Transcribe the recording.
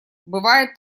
бывает